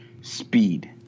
speed